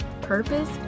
purpose